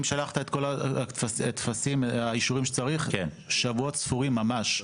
אם שלחת את כל הטפסים והאישורים שצריך זה שבועות ספורים ממש.